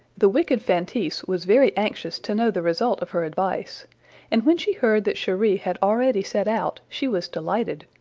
the wicked feintise was very anxious to know the result of her advice and when she heard that cheri had already set out, she was delighted,